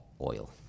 oil